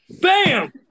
Bam